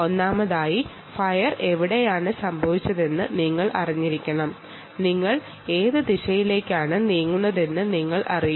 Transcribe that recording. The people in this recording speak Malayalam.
ഒന്നാമതായി ഫയർ എവിടെയാണ് സംഭവിച്ചതെന്ന് നിങ്ങൾ അറിഞ്ഞിരിക്കണം നിങ്ങൾ ഏത് ദിശയിലേക്കാണ് നീങ്ങുന്നതെന്ന് നിങ്ങൾ അറിയുക